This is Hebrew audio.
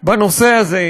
בנושא הזה,